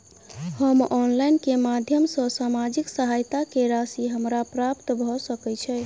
हम ऑनलाइन केँ माध्यम सँ सामाजिक सहायता केँ राशि हमरा प्राप्त भऽ सकै छै?